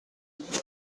get